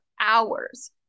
hours